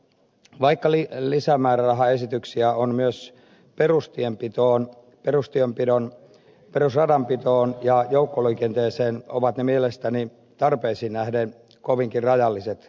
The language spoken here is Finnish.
vaikka lisämäärärahaesityksiä on myös perustienpitoon perusradanpitoon ja joukkoliikenteeseen ovat ne mielestäni tarpeisiin nähden kovinkin rajalliset